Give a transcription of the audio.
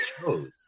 shows